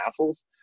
hassles